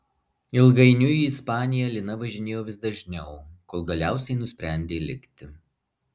ilgainiui į ispaniją lina važinėjo vis dažniau kol galiausiai nusprendė likti